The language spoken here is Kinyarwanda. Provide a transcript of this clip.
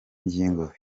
ngingo